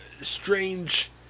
strange